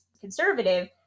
conservative